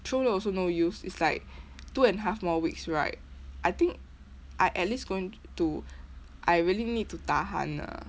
throw now also no use it's like two and a half more weeks right I think I at least going to I really need to tahan ah